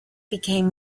became